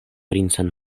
princan